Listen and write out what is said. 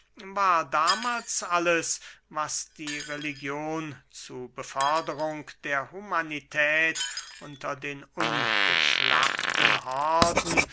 war damahls alles was die religion zu beförderung der humanität unter den ungeschlachten horden